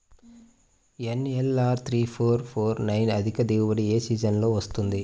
NLR three four four four nine అధిక దిగుబడి ఏ సీజన్లలో వస్తుంది?